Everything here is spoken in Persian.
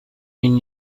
این